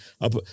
Up